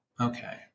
Okay